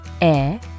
air